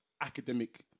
academic